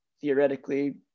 theoretically